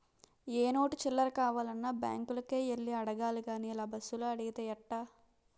ఏ note చిల్లర కావాలన్నా బాంకులకే యెల్లి అడగాలి గానీ ఇలా బస్సులో అడిగితే ఎట్టా